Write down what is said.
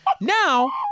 Now